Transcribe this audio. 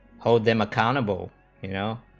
hold them accountable you know